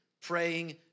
praying